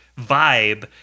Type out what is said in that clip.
vibe